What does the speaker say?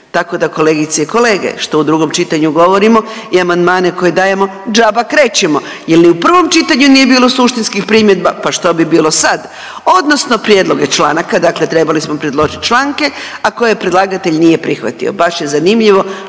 Tako da kolegice i kolege što u drugom čitanju govorimo i amandmane koje dajemo džaba krečimo jer ni u prvom čitanju nije bilo suštinskih primjedba pa što bi bilo sad odnosno prijedloge članka, dakle trebali smo predložili članke, a koje predlagatelj nije prihvatio.